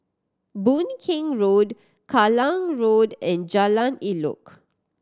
Boon Keng Road Kallang Road and Jalan Elok